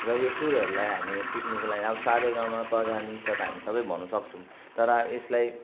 र यो सुरहरूलाई हामी सिक्नुको लागि अब सा रे गा मा पा धा नि सा त हामी सबै भन्नसक्छौँ तर अब यसलाई